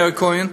מאיר כהן.